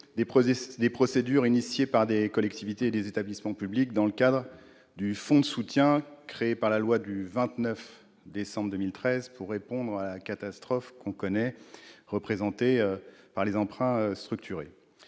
des procédures engagées par des collectivités et des établissements publics dans le cadre du fonds de soutien créé par la loi du 29 décembre 2013 pour répondre à la catastrophe connue liée aux emprunts structurés.